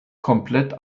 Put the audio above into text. komplett